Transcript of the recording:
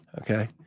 Okay